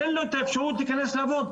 תן לו את האפשרות להיכנס לעבוד,